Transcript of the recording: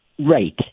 Right